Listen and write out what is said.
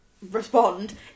respond